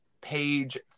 page